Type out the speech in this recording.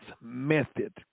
method